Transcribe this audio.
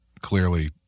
clearly